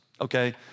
okay